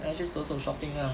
like 去走走 shopping lah